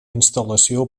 instal·lació